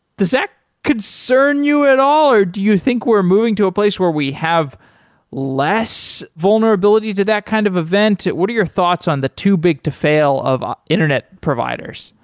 does that concern you at all or do you think we're moving to a place where we have less vulnerability to that kind of event? what are your thoughts on the too big to fail of internet providers?